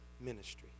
ministry